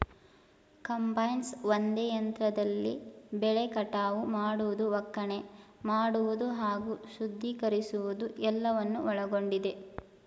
combines ಒಂದೇ ಯಂತ್ರದಲ್ಲಿ ಬೆಳೆ ಕಟಾವು ಮಾಡುವುದು ಒಕ್ಕಣೆ ಮಾಡುವುದು ಹಾಗೂ ಶುದ್ಧೀಕರಿಸುವುದು ಎಲ್ಲವನ್ನು ಒಳಗೊಂಡಿದೆ